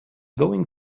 going